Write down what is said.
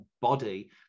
body